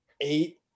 eight